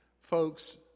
folks